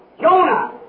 Jonah